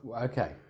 okay